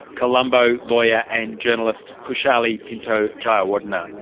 colombo lawyer and journalist kishali pinto-jayawardena.